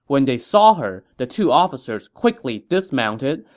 when they saw her, the two officers quickly dismounted,